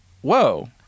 whoa